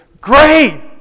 great